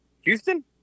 Houston